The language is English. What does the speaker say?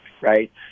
right